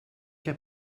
heb